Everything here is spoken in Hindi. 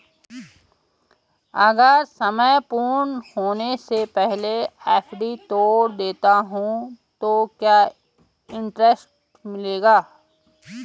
अगर समय पूर्ण होने से पहले एफ.डी तोड़ देता हूँ तो क्या इंट्रेस्ट मिलेगा?